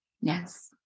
Yes